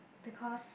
because